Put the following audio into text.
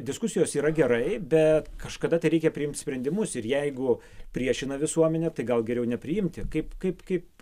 diskusijos yra gerai bet kažkada tai reikia priimt sprendimus ir jeigu priešina visuomenę tai gal geriau nepriimti kaip kaip kaip